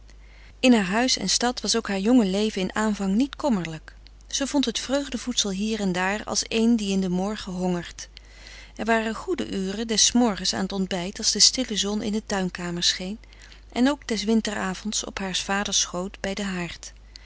in haar huis in stad was ook haar jonge leven in aanvang niet kommerlijk ze vond het vreugde voedsel hier en daar als een die in den morgen hongert er waren goede uren des morgens aan t ontbijt als de stille zon in de tuinkamer scheen en ook des winter avonds op haars vaders schoot bij den haard